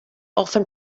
often